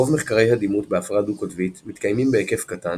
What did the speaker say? רוב מחקרי הדימות בהפרעה דו-קוטבית מתקיימים בהיקף קטן,